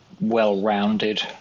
well-rounded